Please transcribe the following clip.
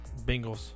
Bengals